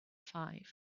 five